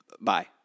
Bye